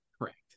Correct